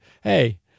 hey